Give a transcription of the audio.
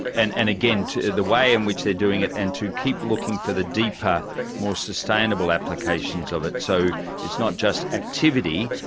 and and again the way in which they are doing it and to keep looking for the deeper more sustainable applications of it. so it's not just activity,